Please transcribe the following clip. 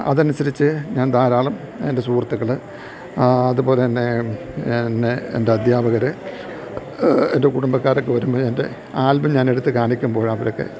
അതനുസരിച്ച് ഞാൻ ധാരാളം എൻ്റെ സുഹൃത്ത്ക്കള് അതുപോലെ തന്നെ എന്നെ എൻ്റെ അധ്യാപകര് എൻ്റെ കുടുംബക്കാരൊക്കെ വരുമ്പോൾ എൻ്റെ ആൽബം ഞാനെടുത്ത് കാണിക്കുമ്പോൾ അവരൊക്കെ